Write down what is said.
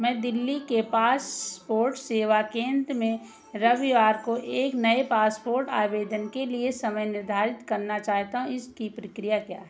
मैं दिल्ली के पासपोर्ट सेवा केंद्र में रविवार को एक नये पासपोर्ट आवेदन के लिए समय निर्धारित करना चाहता हूँ इसकी प्रक्रिया क्या है